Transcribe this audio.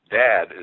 dad